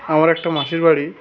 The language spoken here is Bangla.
আমার একটা মাসির বাড়ি